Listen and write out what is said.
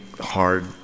hard